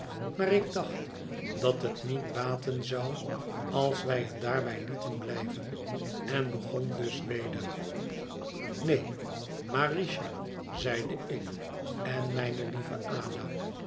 maar ik dacht dat het niet baten zou als wij het daarbij lieten blijven en begon dus weder neen maar richard zeide ik en mijne lieve a